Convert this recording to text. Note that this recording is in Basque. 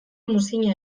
muzin